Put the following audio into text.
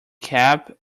cap